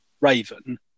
Raven